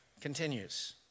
continues